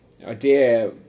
idea